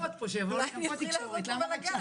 אולי אני אתחיל לעשות פה בלגאן